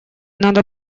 надо